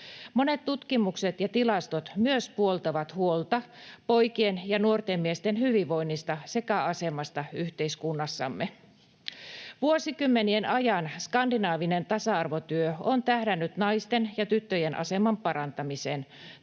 Monet tutkimukset ja tilastot myös puoltavat huolta poikien ja nuorten miesten hyvinvoinnista sekä asemasta yhteiskunnassamme. Vuosikymmenien ajan skandinaavinen tasa-arvotyö on tähdännyt naisten ja tyttöjen aseman parantamiseen.